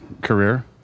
career